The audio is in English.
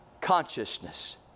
consciousness